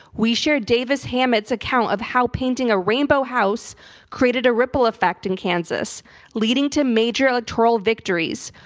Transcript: we shared davis hammett's account of how painting a rainbow house created a ripple effect in kansas leading to major electoral victories.